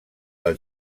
del